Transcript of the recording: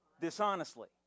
dishonestly